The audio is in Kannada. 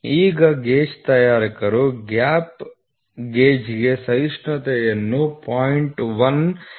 ಈಗ ಗೇಜ್ ತಯಾರಕರು ಗ್ಯಾಪ್ ಗೇಜ್ಗೆ ಸಹಿಷ್ಣುತೆಯನ್ನು 0